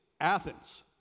Athens